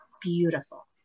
beautiful